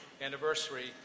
anniversary